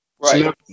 Right